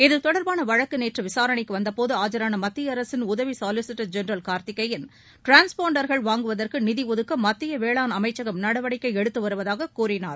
இது தொடர்பான வழக்கு நேற்று விசாரணைக்கு வந்தபோது ஆஜராள மத்திய அரசின் உதவி சொலிசிடடர் ஜெனரல் கார்த்திகேயன் டிரான்ஸ்பாண்டர்கள் வாங்குவதற்கு நிதி ஒதுக்க மத்திய வேளாண் அமைச்சகம் நடவடிக்கை எடுத்து வருவதாகக் கூறினார்